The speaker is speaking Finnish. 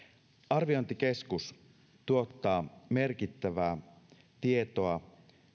arviointikeskus tuottaa merkittävää tietoa